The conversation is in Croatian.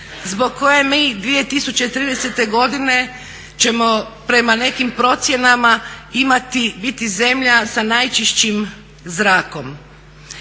zbog koje mi 2030. godine ćemo prema nekim procjenama imati, biti zemlja sa najčišćim zrakom.